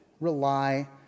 rely